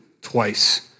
twice